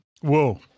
whoa